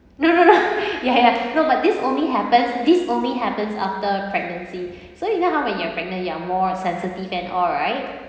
no no no ya ya no but this only happens this only happens after pregnancy so you know how when you're pregnant you are more sensitive and all right